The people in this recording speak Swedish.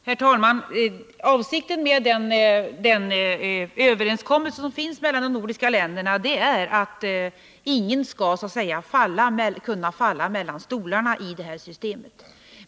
Herr talman! Avsikten med den överenskommelse som finns mellan de nordiska länderna är att ingen skall så att säga kunna falla mellan stolarna i det här systemet.